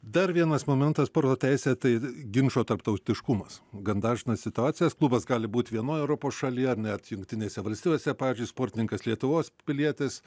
dar vienas momentas sporto teisėje tai ginčo tarptautiškumas gan dažnos situacijos klubas gali būti vienoj europos šalyje ar net jungtinėse valstijose pavyzdžiui sportininkas lietuvos pilietis